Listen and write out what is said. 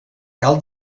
cal